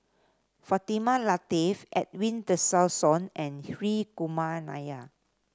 Fatimah Lateef Edwin Tessensohn and Hri Kumar Nair